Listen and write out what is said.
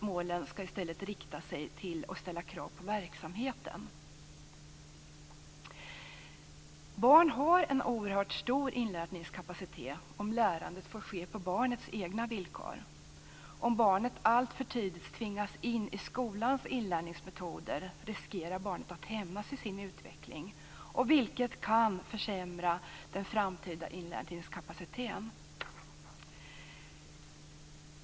Målen skall i stället rikta sig till, och ställa krav på, verksamheten. Barn har en oerhört stor inlärningskapacitet om lärandet får ske på barnets egna villkor. Om barnet alltför tidigt tvingas in i skolans inlärningsmetoder riskerar det att hämmas i sin utveckling, vilket kan försämra den framtida inlärningskapaciteten.